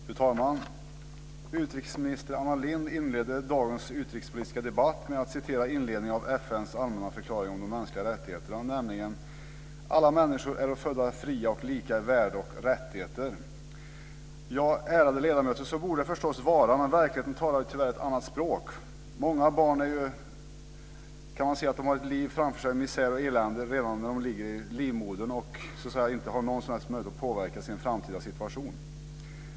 Fru talman! Utrikesminister Anna Lindh inledde dagens utrikespolitiska debatt med att citera inledningen av FN:s allmänna förklaring om de mänskliga rättigheterna. Hon sade nämligen så här: "Alla människor äro födda fria och lika i värde och rättigheter." Ärade ledamöter! Så borde det förstås vara, men verkligheten talar tyvärr ett annat språk. Man kan se att många barn har ett liv i misär och elände framför sig redan när de ligger i livmodern och inte har någon som helst möjlighet att påverka sin framtida situation.